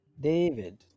David